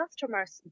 customers